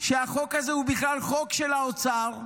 שהחוק הזה הוא בכלל חוק של האוצר,